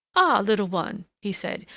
ah! little one, he said,